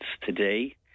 today